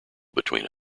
between